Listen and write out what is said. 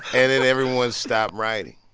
and then everyone stopped writing.